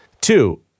Two